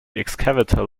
excavator